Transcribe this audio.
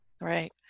Right